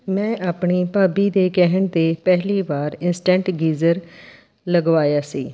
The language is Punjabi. ਮੈਂ ਆਪਣੀ ਭਾਬੀ ਦੇ ਕਹਿਣ 'ਤੇ ਪਹਿਲੀ ਵਾਰ ਇੰਸਟੈਂਟ ਗੀਜ਼ਰ ਲਗਵਾਇਆ ਸੀ